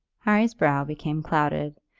harry's brow became clouded,